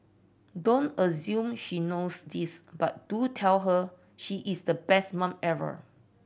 don't assume she knows this but do tell her she is the best mum ever